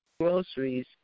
groceries